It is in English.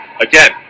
Again